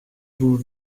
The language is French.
vous